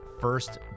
first